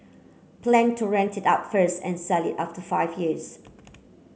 plan to rent it out first and sell it after five years